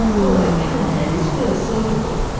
paul o'callaghan is philosophical.